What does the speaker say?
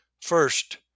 First